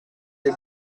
des